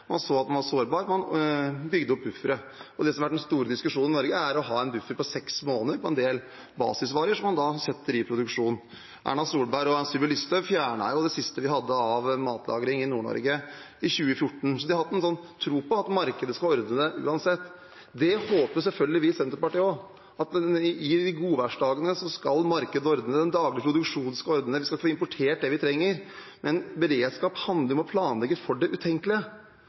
Man så at man var sårbar, og man bygde opp buffere. Det som har vært den store diskusjonen i Norge, er å ha en buffer på seks måneder på en del basisvarer som man da setter i produksjon. Erna Solberg og Sylvi Listhaug fjernet jo det siste vi hadde av matlagre i Nord-Norge i 2104, så de har hatt en tro på at markedet skal ordne det uansett. Det håper selvfølgelig vi i Senterpartiet også, at i godværsdagene skal markedet ordne det, eller at den daglige produksjonen skal ordne det, eller at vi skal få importert det vi trenger. Men beredskap handler om å planlegge for det